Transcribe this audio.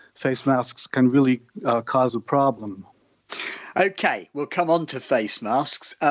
face masks can really cause a problem okay, we'll come on to face masks. ah